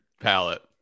palette